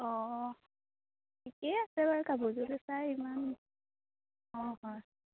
অ ঠিকে আছে বাৰু কাপোৰযোৰলৈ চাই ইমান অ হয়